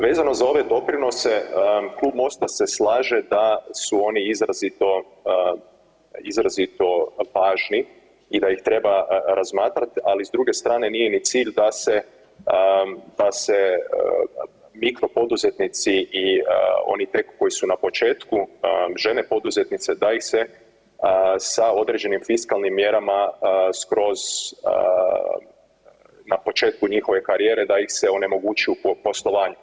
Vezano za ove doprinose Klub MOST-a se slaže da su oni izrazito, izrazito važni i da ih treba razmatrati ali s druge strane nije ni cilj da se, da se mikropoduzetnici i oni tek koji su na početku žene poduzetnice da ih se sa određenim fiskalnim mjerama skroz na početku njihove karijere da ih se onemogući u poslovanju.